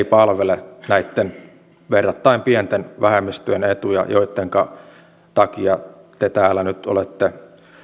palvele näitten verrattain pienten vähemmistöjen etuja joittenka takia te täällä nyt olette